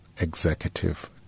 executive